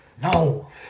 No